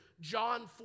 John